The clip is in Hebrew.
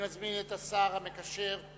אני מזמין את השר המקשר,